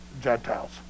Gentiles